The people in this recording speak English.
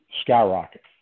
skyrocket